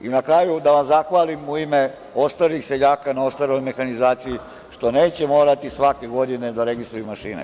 I na kraju, da vam zahvalim u ime ostalih seljaka na ostvarenoj mehanizaciji što neće morati svake godine da registruju mašine.